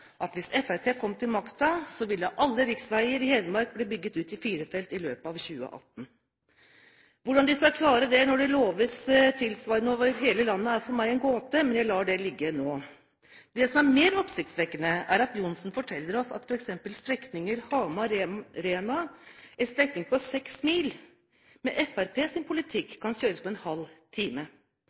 at hvis Fremskrittspartiet kom til makten, ville alle riksveier i Hedmark bli bygget ut til firefeltsveier i løpet av 2018. Hvordan skal de klare det når det loves tilsvarende over hele landet? Det er for meg en gåte, men jeg lar det ligge nå. Det som er mer